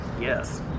Yes